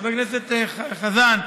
חבר הכנסת חזן,